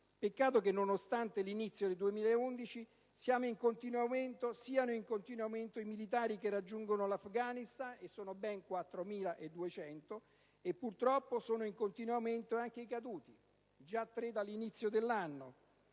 Peccato che, nonostante l'inizio del 2011, siano in continuo aumento i militari che raggiungono l'Afghanistan (ben 4.200), e purtroppo sono in continuo aumento anche i caduti (già tre dall'inizio dell'anno).